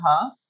half